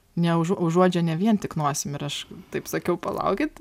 neuž užuodžia ne vien tik nosim ir aš taip sakiau palaukit